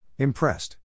Impressed